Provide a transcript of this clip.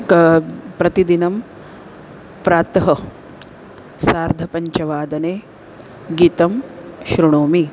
प्रतिदिनं प्रातः सार्धपञ्चवादने गीतं शृणोमि